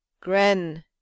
Gren